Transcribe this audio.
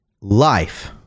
Life